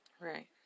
Right